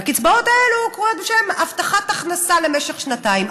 והקצבאות האלו הן הבטחת הכנסה למשך שנתיים.